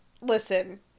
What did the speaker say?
listen